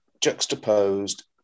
juxtaposed